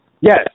Yes